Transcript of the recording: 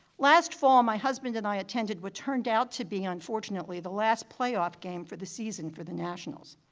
last fall my husband and i attended what turned out to be unfortunately the last play-off game for the season for the nationals.